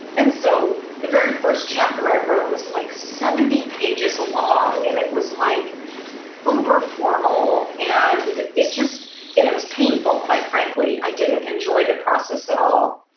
and so the very first chapter i wrote was like seventy pages long and it was like uber formal and it just it it was painful, quite frankly. i didn't enjoy the process at all.